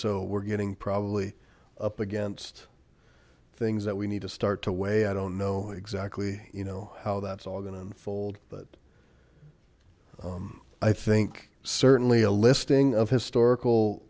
so we're getting probably up against things that we need to start to weigh i don't know exactly you know how that's all going to unfold but i think certainly a listing of historical